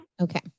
Okay